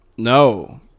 No